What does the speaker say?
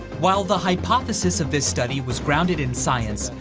while the hypothesis of this study was grounded in science.